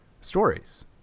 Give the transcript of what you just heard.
stories